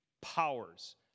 powers